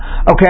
okay